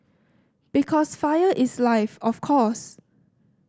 because fire is life of course